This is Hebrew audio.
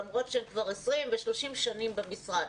למרות שהן כבר 20 ו-30 שנים במשרד.